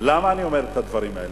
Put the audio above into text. למה אני אומר את הדברים האלה?